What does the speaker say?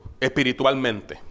espiritualmente